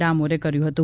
ડામોરે કર્યું હતું